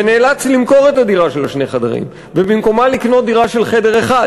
ונאלץ למכור את הדירה של שני החדרים ובמקומה לקנות דירה של חדר אחד,